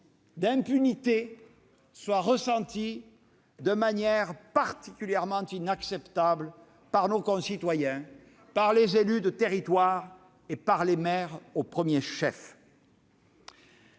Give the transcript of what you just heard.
d'impunité sont ressenties comme particulièrement inacceptables par nos concitoyens et les élus de territoire- les maires au premier chef.